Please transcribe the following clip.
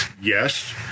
Yes